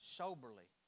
soberly